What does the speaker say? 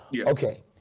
okay